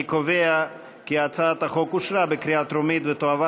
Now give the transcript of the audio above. אני קובע כי הצעת החוק אושרה בקריאה טרומית ותועבר